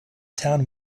town